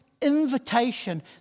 invitation